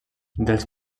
dels